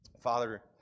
Father